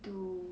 to